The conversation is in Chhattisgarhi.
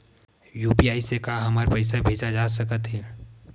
यू.पी.आई से का हमर पईसा भेजा सकत हे?